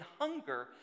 hunger